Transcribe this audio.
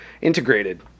integrated